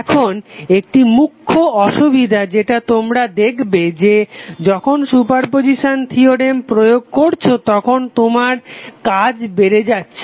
এখন একটি মুখ্য আসুবিধা যেটা তোমরা দেখবে যে যখন সুপারপজিসান থিওরেম প্রয়োগ করছো তখন তোমার কাজ বেরে যাচ্ছে